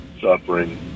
suffering